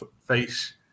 face